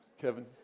Kevin